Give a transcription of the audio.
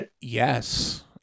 Yes